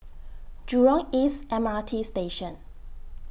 Jurong East M R T Station